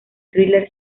thriller